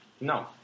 no